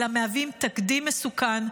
אלא מהווים תקדים מסוכן,